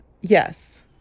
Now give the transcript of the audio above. Yes